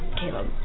Caleb